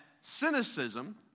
cynicism